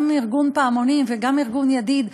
גם ארגון "פעמונים" וגם ארגון "ידיד".